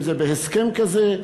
אם בהסכם כזה.